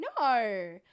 no